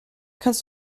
kannst